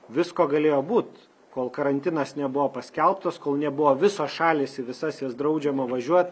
visko galėjo būt kol karantinas nebuvo paskelbtas kol nebuvo visos šalys į visas jas draudžiama važiuot